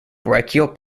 brachial